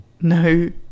No